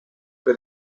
per